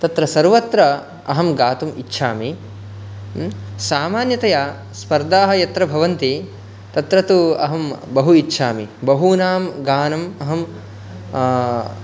तत्र सर्वत्र अहं गातुम् इच्छामि सामान्यतया स्पर्धा यत्र भवन्ति तत्र तु अहं बहु इच्छामि बहूनां गानम् अहं